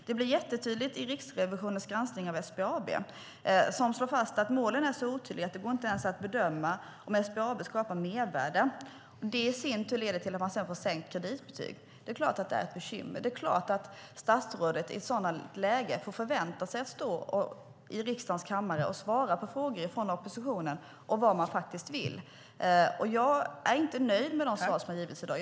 Det blir jättetydligt i Riksrevisionens granskning av SBAB. Där slår man fast att målen är så otydliga att det inte ens går att bedöma om SBAB skapar mervärden. Det i sin tur leder till att man får sänkt kreditbetyg. Det är klart att det är ett bekymmer. Det är klart att statsrådet i sådana lägen får förvänta sig att stå i riksdagens kammare och svara på frågor från oppositionen om vad man faktiskt vill. Jag är inte nöjd med de svar som har givits i dag.